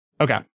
Okay